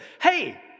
Hey